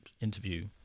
interview